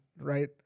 Right